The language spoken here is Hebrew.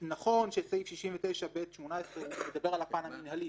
נכון שסעיף 69ב18 מדבר על הפן המינהלי,